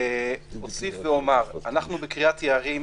אוסיף ואומר: אנחנו בקריית יערים,